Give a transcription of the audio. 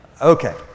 Okay